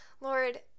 Lord